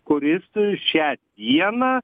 kuris šią dieną